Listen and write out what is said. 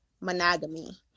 monogamy